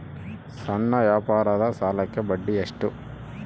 ಸಣ್ಣ ವ್ಯಾಪಾರದ ಸಾಲಕ್ಕೆ ಬಡ್ಡಿ ಎಷ್ಟು?